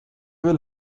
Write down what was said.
will